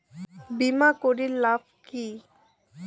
বিমা করির লাভ কি?